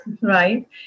right